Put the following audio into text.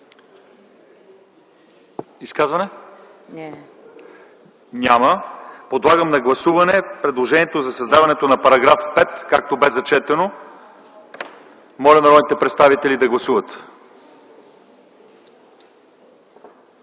изказване по § 5? Няма. Подлагам на гласуване предложението за създаване на § 5, както бе прочетено. Моля, народните представители да гласуват.